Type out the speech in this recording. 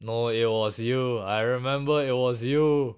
no it was you I remember it was you